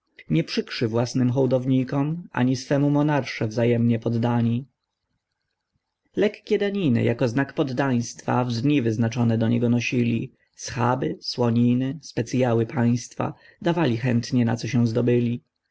nie przykrzy własnym hołdownikom ani swemu monarsze wzajemnie poznani lekkie daniny jako znak poddaństwa w dni wyznaczone do niego nosili schaby słoniny specyały państwa dawali chętnie na co się zdobyli